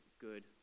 good